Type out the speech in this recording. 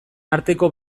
arteko